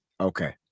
Okay